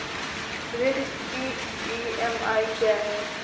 ऋण की ई.एम.आई क्या है?